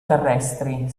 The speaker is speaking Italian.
terrestri